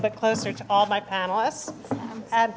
bit closer to all my panelists